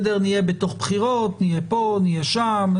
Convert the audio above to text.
נהיה בתוך בחירות, נהיה פה, נהיה שם.